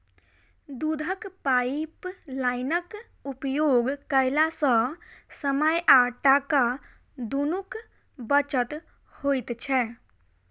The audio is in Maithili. दूधक पाइपलाइनक उपयोग कयला सॅ समय आ टाका दुनूक बचत होइत छै